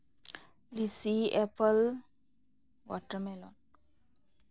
lychee apple watermelon